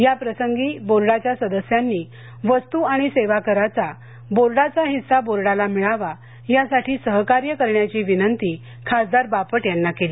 याप्रसंगी बोर्डाच्या सदस्यांनी वस्तू आणि सेवा कराचा बोर्डाचा हिस्सा बोर्डाला मिळावा यासाठी सहकार्य करण्याची विनंती खासदार बापट यांना केली